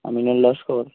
Amirun Laskar